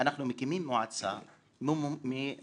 אנחנו מקימים מועצת מומחים,